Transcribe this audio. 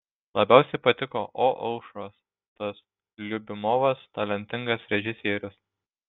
labiausiai patiko o aušros tas liubimovas talentingas režisierius